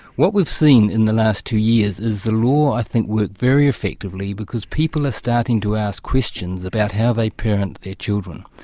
what we've seen in the last two years is the law i think worked very effectively because people are starting to ask questions about how they parent their children.